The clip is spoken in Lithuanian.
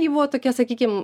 ji buvo tokia sakykim